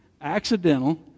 accidental